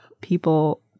people